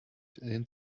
dem